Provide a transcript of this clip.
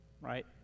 right